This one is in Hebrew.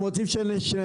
הם רוצים שנרמה.